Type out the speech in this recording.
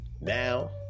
now